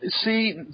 see